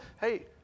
hey